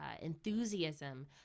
enthusiasm